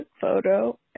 photo